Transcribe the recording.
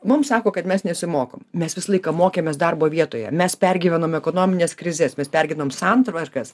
mums sako kad mes nesimokom mes visą laiką mokėmės darbo vietoje mes pergyvenome ekonominės krizės mes pergyvenom santvarkas